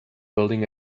building